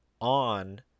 on